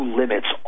limits